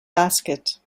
basket